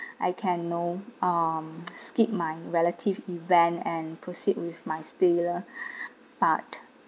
I can know um skip my relative event and proceed with my stay lah but